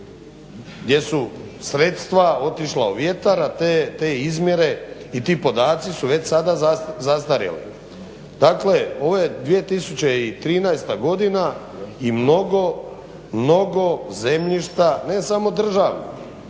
gdje su sredstva otišla u vjetar a te izmjere i ti podaci su već sada zastarjeli. Dakle ova 2013. godina i mnogo zemljišta ne samo državnih,